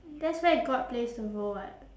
that's where god plays a role [what]